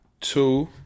two